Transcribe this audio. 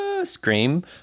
Scream